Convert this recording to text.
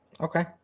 Okay